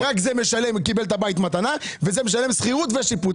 רק זה קיבל את הבית מתנה וזה משלם שכירות ושיפוץ.